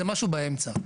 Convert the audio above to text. זה משהו באמצע.